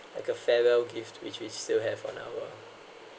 like a farewell gift which we still have on our our